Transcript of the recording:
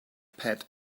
pad